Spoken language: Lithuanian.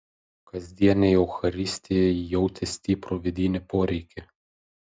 kasdienei eucharistijai ji jautė stiprų vidinį poreikį